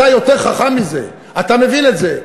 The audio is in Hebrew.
אתה יותר חכם מזה, אתה מבין את זה.